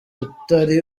utari